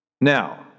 Now